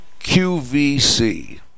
qvc